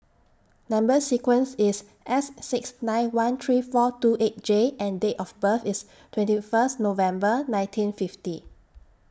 Number sequence IS S six nine one three four two eight J and Date of birth IS twenty First November nineteen fifty